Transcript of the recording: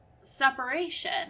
separation